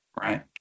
right